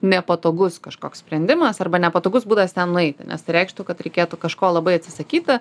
nepatogus kažkoks sprendimas arba nepatogus būdas ten nueiti nes tai reikštų kad reikėtų kažko labai atsisakyti